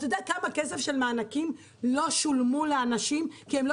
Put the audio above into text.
אתה יודע כמה כסף של מענקים לא שולם לאנשים כי הם לא